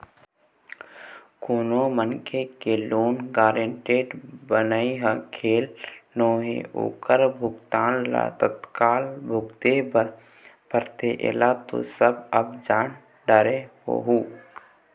कोनो मनखे के लोन गारेंटर बनई ह खेल नोहय ओखर भुगतना ल कतका भुगते बर परथे ऐला तो सब अब जाने डरे होहूँ